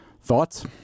Thoughts